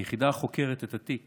היחידה החוקרת את התיק